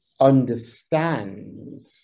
understand